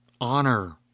honor